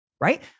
Right